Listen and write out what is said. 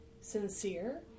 sincere